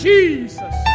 Jesus